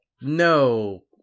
No